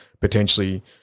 potentially